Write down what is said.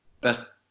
Best